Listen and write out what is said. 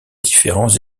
différents